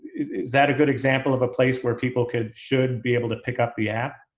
is that a good example of a place where people could should be able to pick up the app?